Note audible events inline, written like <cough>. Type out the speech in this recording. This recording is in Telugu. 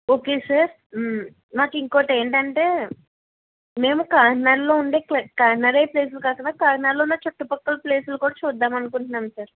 ఓకే సార్ నాకింకోటి ఏంటంటే మేము కాకినాడలో ఉండే <unintelligible> ప్లేసెస్ కాకుండా కాకినాడలో ఉన్న చుట్టుపక్కల ప్లేస్లు కూడా చూద్దామనుకుంటున్నాం సార్